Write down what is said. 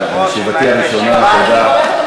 ישיבתי הראשונה, תודה.